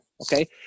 okay